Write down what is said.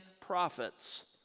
prophets